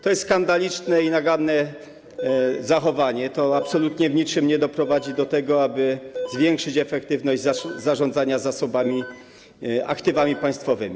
To jest skandaliczne i naganne zachowanie, to absolutnie w niczym nie doprowadzi do tego, aby zwiększyć efektywność zarządzania zasobami, aktywami państwowymi.